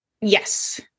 Yes